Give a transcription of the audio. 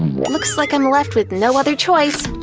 looks like i'm left with no other choice.